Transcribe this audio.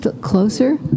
Closer